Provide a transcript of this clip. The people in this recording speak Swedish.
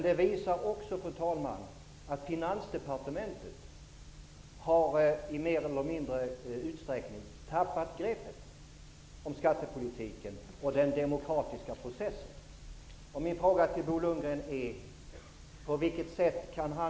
Det visar också, fru talman, att Finansdepartementet mer eller mindre har tappat greppet om skattepolitiken och den demokratiska processen.